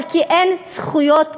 אבל כי אין זכויות מהותיות.